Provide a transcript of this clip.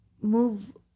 move